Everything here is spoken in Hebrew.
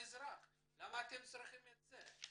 למה אתם צריכים את זה"